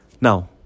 now